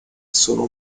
sono